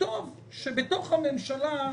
שטוב שבתוך הממשלה,